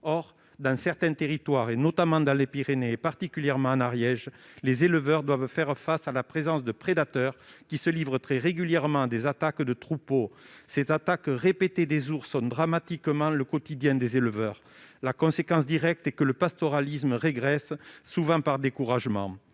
Or, dans certains territoires, notamment dans les Pyrénées, et particulièrement en Ariège, les éleveurs doivent faire face à la présence de prédateurs qui se livrent très régulièrement à des attaques de troupeaux. Ces attaques répétées des ours affectent dramatiquement le quotidien des éleveurs. Cette situation a pour conséquence directe de faire régresser le pastoralisme, souvent par découragement.